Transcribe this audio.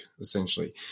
essentially